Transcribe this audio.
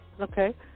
Okay